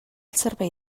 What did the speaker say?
servei